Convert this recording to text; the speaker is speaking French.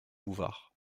bouvard